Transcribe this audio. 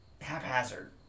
haphazard